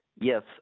Yes